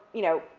you know,